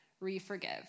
re-forgive